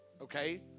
Okay